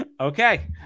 Okay